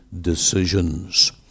decisions